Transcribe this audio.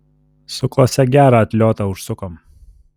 su klase gerą atliotą užsukom